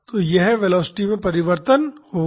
तो यह वेलोसिटी में परिवर्तन होगा